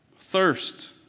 Thirst